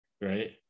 right